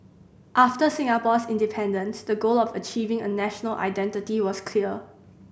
after Singapore's independence the goal of achieving a national identity was clear